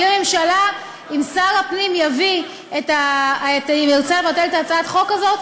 אם שר הפנים ירצה לבטל את הצעת החוק הזאת,